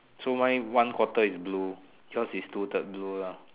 so mine one quarter is blue yours is two third blue lah